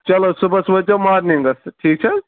چلو صبُحس وٲتۍزیٚو مارنِگَس ٹھیٖک چھِ حظ